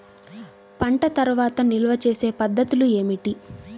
పంట తర్వాత నిల్వ చేసే పద్ధతులు ఏమిటి?